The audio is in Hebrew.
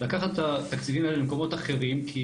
לקחת את התקציבים האלה למקומות אחרים כי